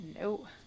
No